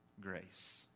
grace